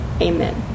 Amen